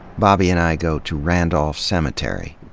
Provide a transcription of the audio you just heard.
bobby and i go to randolph cemetery.